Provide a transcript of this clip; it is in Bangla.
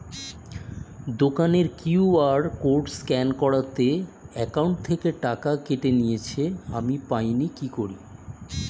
দোকানের কিউ.আর কোড স্ক্যান করাতে অ্যাকাউন্ট থেকে টাকা কেটে নিয়েছে, আমি পাইনি কি করি?